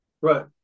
right